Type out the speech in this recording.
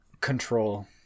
Control